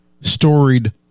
storied